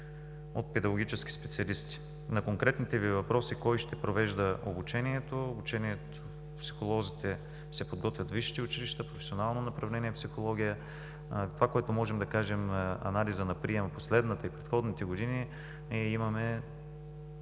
от педагогически специалисти. На конкретните Ви въпроси: кой ще провежда обучението? Психолозите се подготвят във висшите училища, в професионално направление „Психология“. Това, което можем да кажем за анализа на приема в последната и предходните години, имаме